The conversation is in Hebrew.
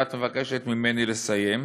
ואת מבקשת ממני לסיים,